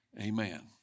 Amen